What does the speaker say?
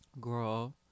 girl